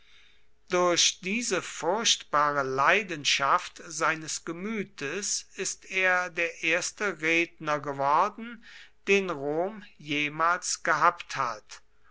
durch diese furchtbare leidenschaft seines gemütes ist er der erste redner geworden den rom jemals gehabt hat